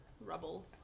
rubble